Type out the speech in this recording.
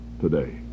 today